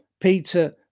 peter